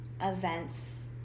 events